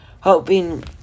hoping